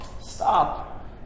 stop